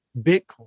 Bitcoin